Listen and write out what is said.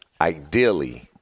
ideally –